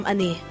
Ani